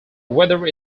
whether